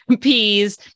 peas